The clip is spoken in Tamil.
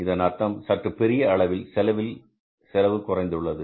இதன் அர்த்தம் சற்று பெரிய அளவில் செலவில் செலவு குறைந்துள்ளது